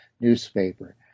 newspaper